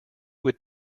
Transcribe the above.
would